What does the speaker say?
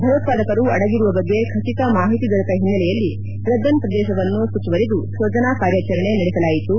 ಭಯೋತ್ವಾದಕರು ಅಡಗಿರುವ ಬಗ್ಗೆ ಖಟಿತ ಮಾಹಿತಿ ದೊರೆತ ಒನ್ನೆಲೆಯಲ್ಲಿ ರೆಬ್ಬನ್ ಪ್ರದೇಶವನ್ನು ಸುತ್ತುವರಿದು ಶೋಧನಾಕಾರ್ಯಾಚರಣೆ ನಡೆಸಲಾಯಿತು